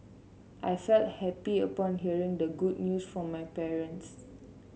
I felt happy upon hearing the good news from my parents